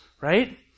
right